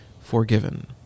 forgiven